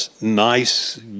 nice